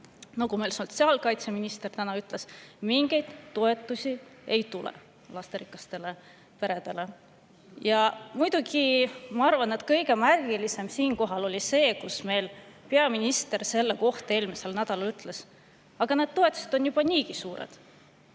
nagu meile sotsiaalkaitseminister täna ütles, mingeid toetusi ei tule lasterikastele peredele. Ja muidugi ma arvan, et kõige märgilisem siinkohal oli see, kui peaminister meile selle kohta eelmisel nädalal ütles: "Aga need toetused on juba niigi suured."